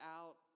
out